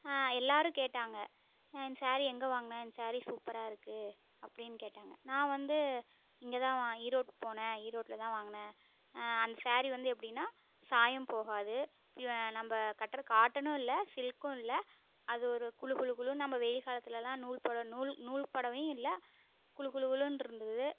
எல்லோரும் கேட்டாங்க இந்த சேரீ எங்கே வாங்கினே இந்த சேரீ சூப்பராக இருக்குது அப்படினு கேட்டாங்க நான் வந்து இங்கே தான் வாங் ஈரோடு போனேன் ஈரோடில தான் வாங்கினேன் அந்த சேரீ வந்து எப்படினா சாயம் போகாது பியூ நம்ம கட்டுகிற காட்டனும் இல்லை சில்க்கும் இல்லை அது ஒரு குளு குளு குளுனு நம்ம வெயில் காலத்தில் எல்லாம் நூல் புடவ நூல் நூல் புடவையும் இல்லை குளு குளு குளுன்னு இருந்தது